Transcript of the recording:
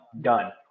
done